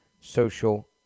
social